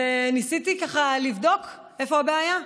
ניסיתי ככה לבדוק איפה הבעיה.